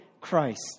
Christ